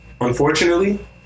unfortunately